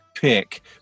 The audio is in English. pick